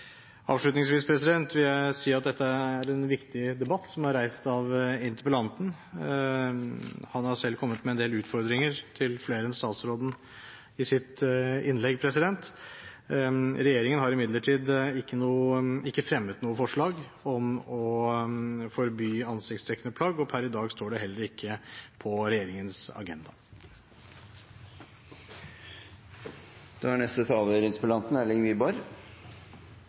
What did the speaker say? Avslutningsvis vil jeg si at det er en viktig debatt som er reist av interpellanten. Han har selv kommet med en del utfordringer til flere enn statsråden i sitt innlegg. Regjeringen har imidlertid ikke fremmet noe forslag om å forby ansiktsdekkende plagg, og per i dag står det heller ikke på regjeringens